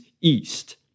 east